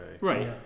Right